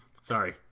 Sorry